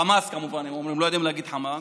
חמאס, כמובן, הם אומרים, לא יודעים להגיד "חמאס",